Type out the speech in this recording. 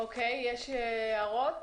יש הערות